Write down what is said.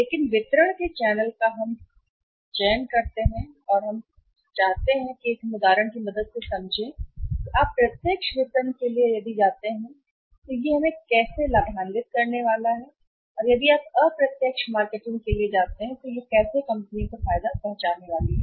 लेकिन वितरण का चैनल हम चयन करना चाहिए और हमें यह कहना चाहिए कि उदाहरण की मदद से समझें यदि आप प्रत्यक्ष विपणन के लिए जाते हैं तो यह हमें कैसे लाभान्वित करने वाला है और यदि आप अप्रत्यक्ष के लिए जाते हैं मार्केटिंग कैसे कंपनी को फायदा पहुंचाने वाली है